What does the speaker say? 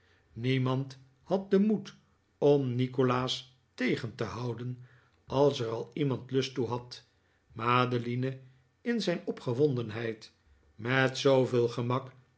niemand had den moed om nikolaas tegen te houden als er al iemand lust toe had madeline in zijn opgewondenheid met zooveel gemak